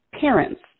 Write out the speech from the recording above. parents